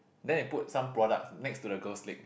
then they put some product next to the girl's leg